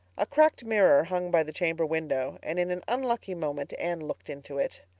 a cracked mirror hung by the chamber window and in an unlucky moment anne looked into it.